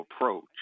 approach